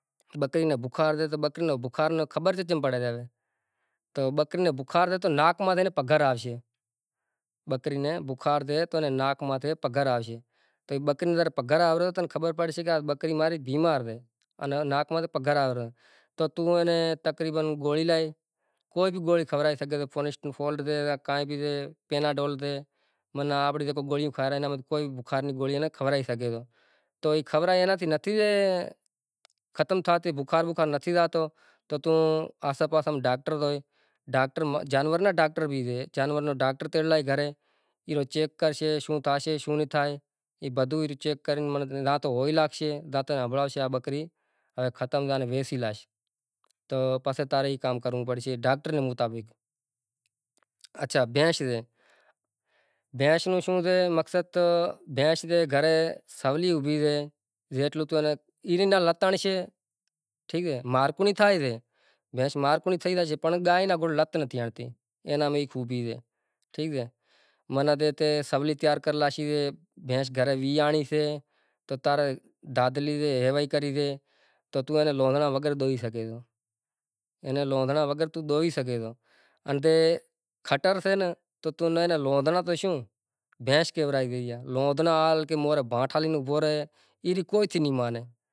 ای مطلب اپاڑا زاوے اپاڑا زائے گاڈی کرے مطلب امیں موٹر سینکل ماتھے زایاں امارے گوٹھ میں ساریو گادی کرتو بدہا مانڑاں مطلب گھومے جمڑائو اے اپاڑے وری ڈوباڑے وری واپسی وری بہ ٹے سال تھئی گیا ہوے ٹھائیں مورتیوں آئیں تی گاڈی کرے